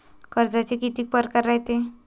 कर्जाचे कितीक परकार रायते?